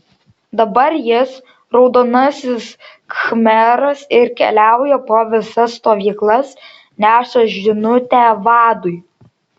dabar jis raudonasis khmeras ir keliauja po visas stovyklas neša žinutę vadui